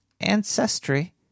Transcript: Ancestry